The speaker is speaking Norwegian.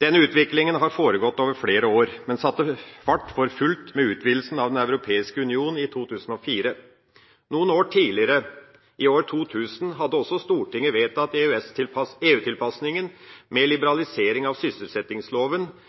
Denne utviklinga har foregått over flere år, men satte fart for fullt med utvidelsen av Den europeiske union i 2004. Noen år tidligere, i år 2000, hadde også Stortinget vedtatt EU-tilpassinga, med liberalisering av sysselsettingsloven